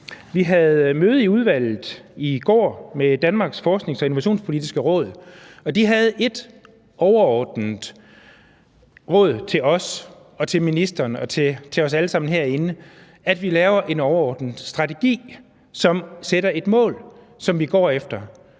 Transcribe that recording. Vi havde møde i udvalget i går med Danmarks Forsknings- og Innovationspolitiske Råd. De havde ét overordnet råd til os og til ministeren og til os alle sammen herinde, nemlig at vi laver en overordnet strategi, som sætter et mål, som vi går efter.